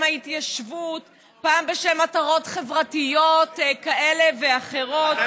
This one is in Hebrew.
ההתיישבות ופעם בשם מטרות חברתיות כאלה ואחרות,